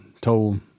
told